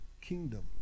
kingdom